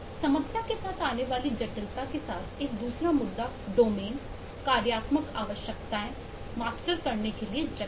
समस्या के साथ आने वाली जटिलता के साथ एक दूसरा मुद्दा डोमेन कार्यात्मक आवश्यकताएं मास्टर करने के लिए जटिल हैं